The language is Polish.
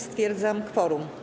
Stwierdzam kworum.